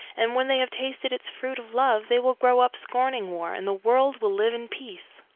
and when they have tasted its fruit of love they will grow up scorning war, and the world will live in peace.